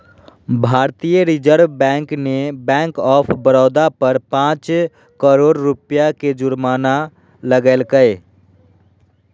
भारतीय reserve bank ने bank of Baroda पर पांच करोड़ रुपया के जुर्माना लगैलके